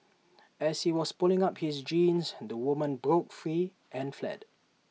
as he was pulling up his jeans the woman broke free and fled